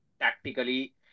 tactically